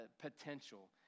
potential